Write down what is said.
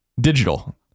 digital